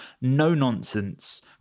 no-nonsense